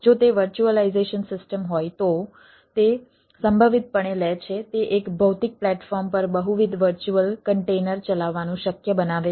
જો તે virtualisation system હોય તો તે સંભવિતપણે લે છે તે એક ભૌતિક પ્લેટફોર્મ પર બહુવિધ વર્ચ્યુઅલ કન્ટેનર થઈ શકે છે